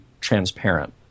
transparent